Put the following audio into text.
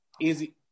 easy